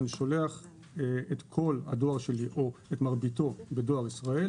אני שולח את כל הדואר שלי או את מרביתו בדואר ישראל